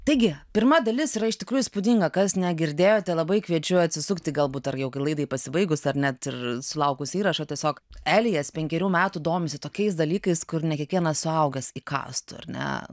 taigi pirma dalis yra iš tikrųjų įspūdinga kas negirdėjote labai kviečiu atsisukti galbūt ar jau ir laidai pasibaigus ar net ir sulaukus įrašo tiesiog elijas penkerių metų domisi tokiais dalykais kur ne kiekvienas suaugęs įkąstų ar ne